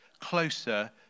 closer